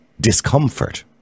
discomfort